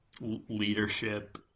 leadership